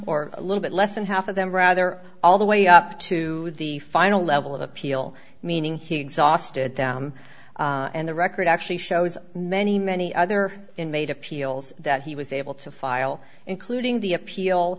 or a little bit less and half of them rather all the way up to the final level of appeal meaning he exhausted them and the record actually shows many many other inmate appeals that he was able to file including the appeal